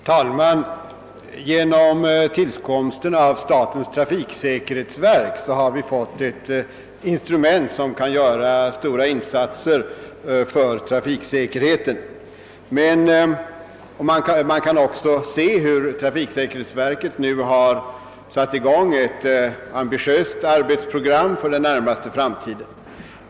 Herr talman! Genom tillkomsten av statens trafiksäkerhetsverk har vi fått ett instrument som kan: göra stora insatser för trafiksäkerheten. Trafiksäkerhetsverket har lagt upp ett ambitiöst arbetsprogram' för den närmaste framtiden.